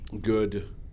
good